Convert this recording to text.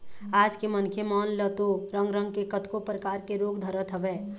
आज के मनखे मन ल तो रंग रंग के कतको परकार के रोग धरत हवय